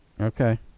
Okay